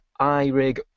iRig